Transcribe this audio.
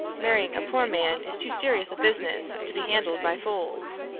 marrying a poor man is too serious a business to be handled by fools.